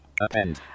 Append